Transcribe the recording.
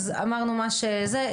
אמרנו מה שזה.